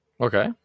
Okay